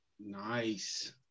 Nice